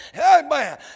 Amen